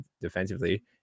defensively